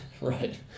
Right